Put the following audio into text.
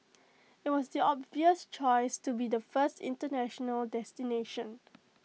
IT was the obvious choice to be the first International destination